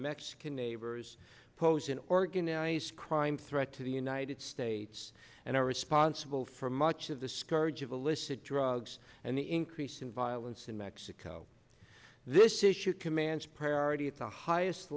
mexican neighbors pose an organized crime threat to the united states and are responsible for much of the scourge of illicit drugs and the increasing violence in mexico this issue commands priority the highest